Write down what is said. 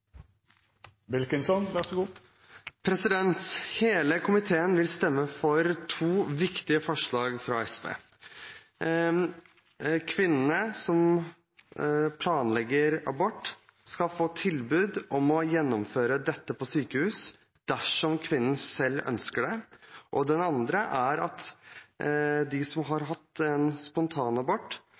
som planlegger abort, skal få tilbud om å gjennomføre dette på sykehus dersom kvinnen selv ønsker det. Det andre er at de som har hatt en spontanabort,